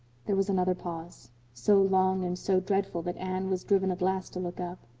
there was another pause so long and so dreadful that anne was driven at last to look up.